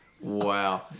wow